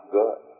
good